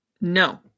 no